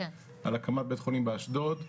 על הקמת בית חולים באשדוד,